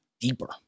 deeper